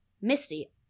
Misty